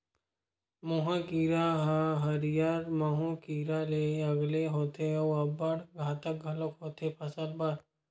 मोहा कीरा ह हरियर माहो कीरा ले अलगे होथे अउ अब्बड़ घातक घलोक होथे फसल बर